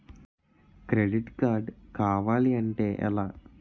Credit card కావాలి అంటే ఎలా?